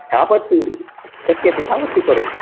तावत् शक्यते तावत् स्वीकरोतु